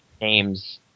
names